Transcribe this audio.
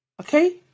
okay